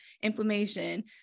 inflammation